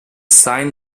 sign